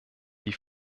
die